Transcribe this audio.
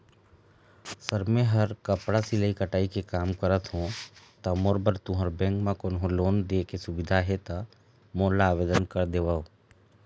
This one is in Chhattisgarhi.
सर मेहर कपड़ा सिलाई कटाई के कमा करत हों ता मोर बर तुंहर बैंक म कोन्हों लोन दे के सुविधा हे ता मोर ला आवेदन कर देतव?